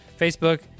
facebook